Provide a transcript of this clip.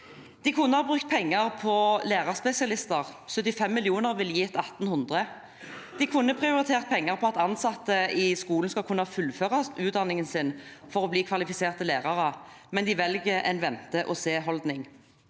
De kunne ha brukt penger på lærerspesialister. 75 mill. kr ville gitt 1 800 lærerspesialister. De kunne ha prioritert penger på at ansatte i skolen skal kunne fullføre utdanningen sin for å bli kvalifiserte lærere, men de velger en vente og seholdning.